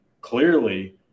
clearly